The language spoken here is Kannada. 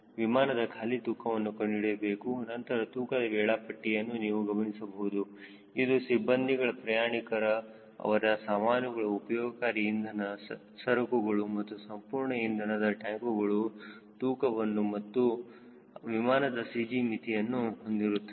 ವಿಮಾನದ ಖಾಲಿ ತೂಕವನ್ನು ಕಂಡುಹಿಡಿಯಬೇಕು ನಂತರ ತೂಕದ ವೇಳಾಪಟ್ಟಿಯನ್ನು ನೀವು ಗಮನಿಸಬಹುದು ಇದು ಸಿಬ್ಬಂದಿಗಳ ಪ್ರಯಾಣಿಕರ ಅವರ ಸಾಮಾನುಗಳ ಉಪಯೋಗಕಾರಿ ಇಂಧನದ ಸರಕುಗಳು ಮತ್ತು ಸಂಪೂರ್ಣ ಇಂಧನದ ಟ್ಯಾಂಕುಗಳು ತೂಕವನ್ನು ಹಾಗೂ ವಿಮಾನದ CG ಮಿತಿಯನ್ನು ಹೊಂದಿರುತ್ತದೆ